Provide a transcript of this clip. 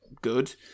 good